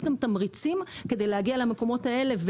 גם תמריצים כדי להגיע למקומות האלה.